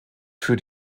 für